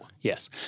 Yes